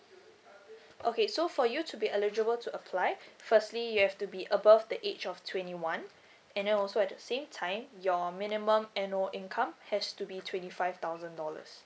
okay so for you to be eligible to apply firstly you have to be above the age of twenty one and then also at the same time your minimum annual income has to be twenty five thousand dollars